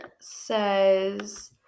says